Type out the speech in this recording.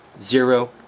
zero